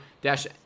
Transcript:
Dash